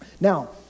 Now